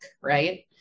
right